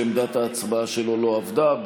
שעמדת ההצבעה שלו לא עבדה,